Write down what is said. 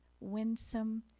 winsome